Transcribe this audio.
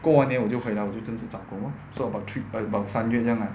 过完年我就回来我就真的是找工作 lor so about three about 三月这样 lah